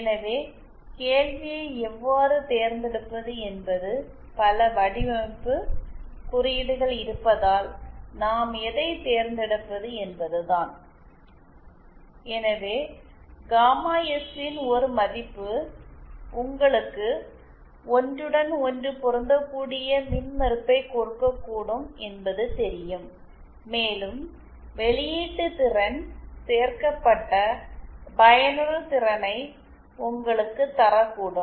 எனவே கேள்வியை எவ்வாறு தேர்ந்தெடுப்பது என்பது பல வடிவமைப்பு குறியீடுகள் இருப்பதால் நாம் எதைத் தேர்ந்தெடுப்பது என்பதுதான் எனவே காமா எஸ் ன் ஒரு மதிப்பு உங்களுக்கு ஒன்றுடன் ஒன்று பொருந்தக்கூடிய மின்மறுப்பைக் கொடுக்கக்கூடும் என்பது தெரியும் மேலும் வெளியீட்டு திறன் சேர்க்கப்பட்ட பயனுறுதிறனை உங்களுக்குத் தரக்கூடும்